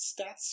stats